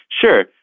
Sure